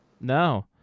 No